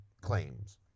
claims